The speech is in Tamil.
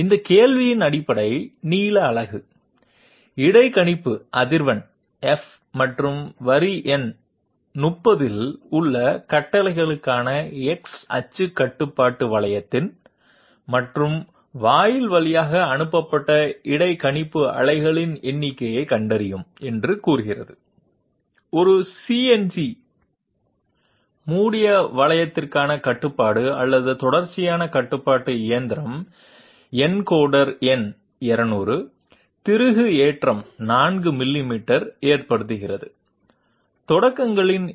இந்த கேள்வியின் அடிப்படை நீள அலகு இடைக்கணிப்பு அதிர்வெண் f மற்றும் வரி எண் 30 இல் உள்ள கட்டளைக்கான x அச்சு கட்டுப்பாட்டு வளையத்தின் மற்றும் வாயில் வழியாக அனுப்பப்பட்ட இடைக்கணிப்பு அலைகளின் எண்ணிக்கையைக் கண்டறியும் என்று கூறுகிறது ஒரு சிஎன்சி மூடிய வளையத்திற்கான கட்டுப்பாடு அல்லது தொடர்ச்சியான கட்டுப்பாட்டு இயந்திரம் என்கோடர் எண் 200 திருகு ஏற்றம் 4 மில்லிமீட்டர் ஏற்படுத்துகின்றது தொடக்கங்களின் எண்ணிக்கை 1